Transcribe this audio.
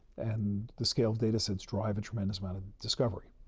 and the scale of datasets drives a tremendous amount of discovery.